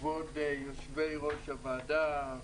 כבוד יושבי ראש הוועדה,